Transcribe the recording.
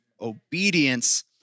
Obedience